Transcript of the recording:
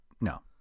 No